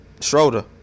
Schroeder